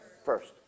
first